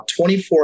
24